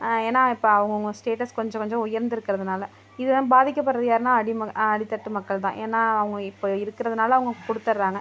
ஏனால் இப்போ அவுங்கவுங்க ஸ்டேட்டஸ் கொஞ்சம் கொஞ்சம் உயர்ந்து இருக்கறதுனால இதனால் பாதிக்கப்படுறது யார்னால் அடிமக் அடித்தட்டு மக்கள்தான் ஏனால் அவங்க இப்போ இருக்கறதுனால அவங்க கொடுத்தட்றாங்க